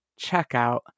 checkout